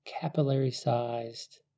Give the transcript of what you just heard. capillary-sized